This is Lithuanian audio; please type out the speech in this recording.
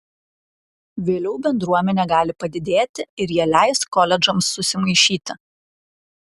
vėliau bendruomenė gali padidėti ir jie leis koledžams susimaišyti